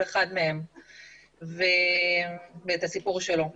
כל אחד מהם ואת הסיפור שלו.